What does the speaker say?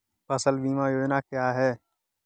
फसल बीमा योजना क्या है?